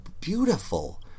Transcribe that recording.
beautiful